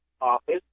office